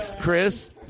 Chris